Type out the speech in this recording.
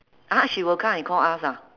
!huh! she will come and call us ah